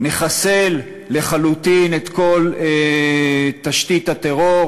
נחסל לחלוטין את כל תשתית הטרור,